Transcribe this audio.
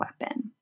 weapon